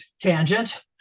tangent